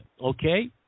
okay